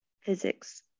physics